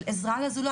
של עזרה לזולת.